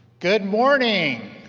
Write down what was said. good morning!